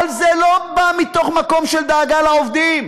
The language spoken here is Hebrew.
אבל זה לא בא מתוך מקום של דאגה לעובדים,